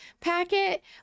packet